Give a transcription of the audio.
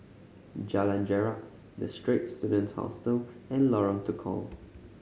Jalan Jarak The Straits Students Hostel and Lorong Tukol